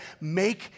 make